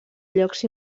llocs